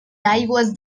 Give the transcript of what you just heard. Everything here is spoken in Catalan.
aigües